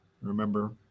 Remember